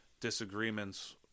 disagreements